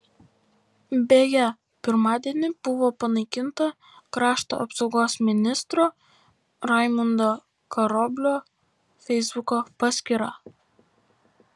beje pirmadienį buvo panaikinta krašto apsaugos ministro raimundo karoblio feisbuko paskyra